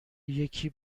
یکی